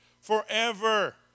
forever